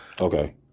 Okay